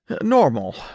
normal